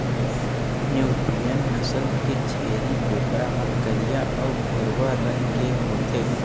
Nubian नसल के छेरी बोकरा ह करिया अउ भूरवा रंग के होथे